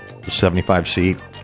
75-seat